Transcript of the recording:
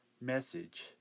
message